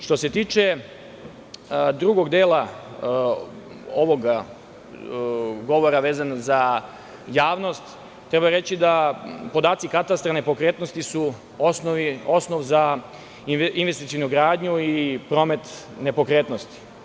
Što se tiče drugog dela ovog govora vezano za javnost, treba reći da su podaci katastra nepokretnosti osnov za investicionu gradnju i promet nepokretnosti.